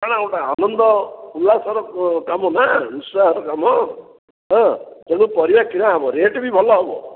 କାରଣ ଗୋଟେ ଆନନ୍ଦ ଉଲ୍ଲାସର କାମ ନା ବିଶ୍ୱାସର କାମ ହଁ ତେଣୁ ପରିବା କିଣାହେବ ରେଟ୍ ବି ଭଲ ହେବ